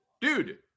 Dude